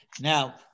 Now